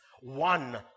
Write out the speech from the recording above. One